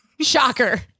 shocker